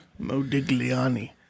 Modigliani